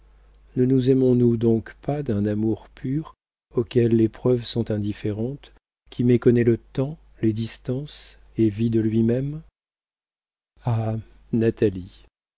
ne nous aimons-nous donc pas d'un amour pur auquel les preuves sont indifférentes qui méconnaît le temps les distances et vit de lui-même